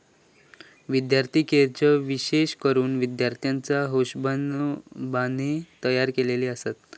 विद्यार्थी कर्जे विशेष करून विद्यार्थ्याच्या हिशोबाने तयार केलेली आसत